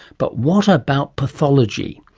but what about pathology?